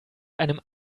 einem